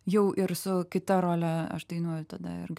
jau ir su kita role aš dainuoju tada